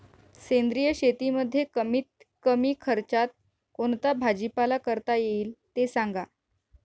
सेंद्रिय शेतीमध्ये कमीत कमी खर्चात कोणता भाजीपाला करता येईल ते सांगा